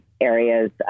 areas